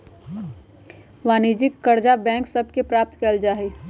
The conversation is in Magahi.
वाणिज्यिक करजा बैंक सभ से प्राप्त कएल जा सकै छइ